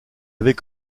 avait